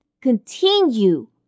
continue